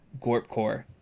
Gorpcore